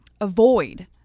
avoid